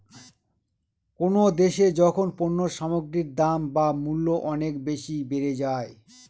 কোনো দেশে যখন পণ্য সামগ্রীর দাম বা মূল্য অনেক বেশি বেড়ে যায়